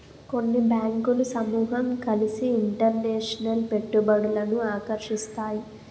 కొన్ని బ్యాంకులు సమూహం కలిసి ఇంటర్నేషనల్ పెట్టుబడులను ఆకర్షిస్తాయి